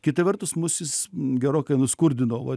kita vertus mus jis gerokai nuskurdino va